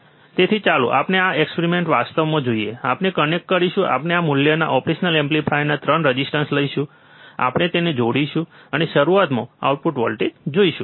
તેથી ચાલો આપણે આ એક્સપેરિમેન્ટ વાસ્તવમાં જોઈએ આપણે કનેક્ટ કરીશું આપણે આ મૂલ્યના ઓપરેશનલ એમ્પ્લીફાયર 3 રેઝિસ્ટર લઈશું આપણે તેને જોડીશું અને શરૂઆતમાં આઉટપુટ વોલ્ટેજ જોઈશું